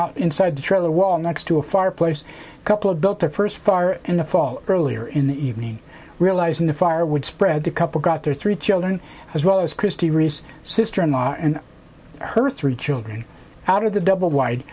out inside the trailer wall next to a fireplace a couple of built up first far in the fall earlier in the evening realizing the fire would spread the couple got their three children as well as christy reese sister in law and her three children out of the double wide